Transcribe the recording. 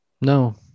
No